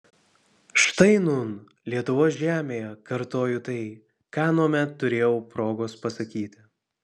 štai nūn lietuvos žemėje kartoju tai ką anuomet turėjau progos pasakyti